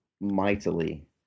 mightily